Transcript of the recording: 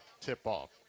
tip-off